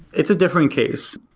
it's a different case,